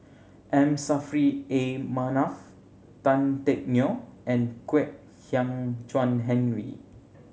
M Saffri A Manaf Tan Teck Neo and Kwek Hian Chuan Henry